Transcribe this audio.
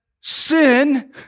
Sin